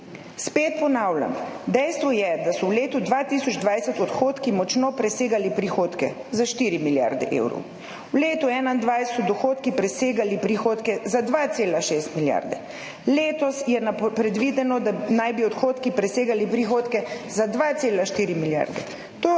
Spet ponavljam, dejstvo je, da so v letu 2020 odhodki močno presegali prihodke, za 4 milijarde evrov. V letu 2021 so dohodki presegali prihodke za 2,6 milijarde. Letos je predvideno, da naj bi odhodki presegali prihodke za 2,4 milijarde.